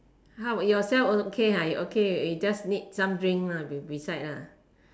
how yourself okay ha you okay you just need some drink lah beside ah